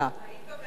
היית בממשלה?